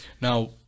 Now